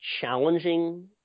challenging